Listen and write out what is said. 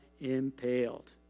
impaled